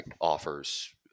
offers